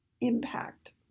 impact